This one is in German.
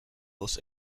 los